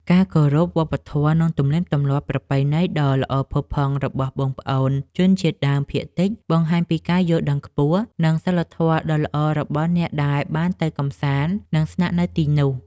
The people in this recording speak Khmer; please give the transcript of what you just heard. ការគោរពវប្បធម៌ និង ទំនៀមទម្លាប់ប្រពៃណីដ៏ល្អផូរផង់របស់បងប្អូនជនជាតិដើមភាគតិចបង្ហាញពីការយល់ដឹងខ្ពស់ និង សីលធម៌ដ៏ល្អរបស់អ្នកដែលបានទៅកម្សាន្ត និង ស្នាក់នៅទីនោះ។